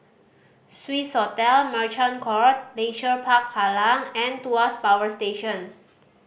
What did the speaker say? Swissotel Merchant Court Leisure Park Kallang and Tuas Power Station